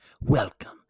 Welcome